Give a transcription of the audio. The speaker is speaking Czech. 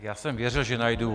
Já jsem věřil, že najdu